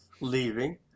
leaving